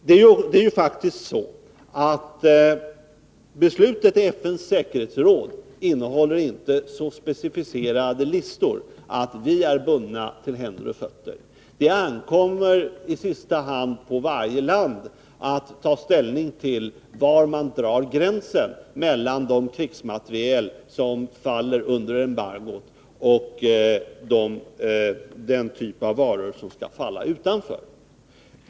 Det är ju faktiskt så, att beslutet i FN:s säkerhetsråd inte innehåller så specificerade listor att vi är bundna till händer och fötter. Det ankommer i sista hand på varje land att ta ställning till var man skall dra gränsen mellan den krigsmateriel som faller under embargot och den typ av varor som skall falla utanför.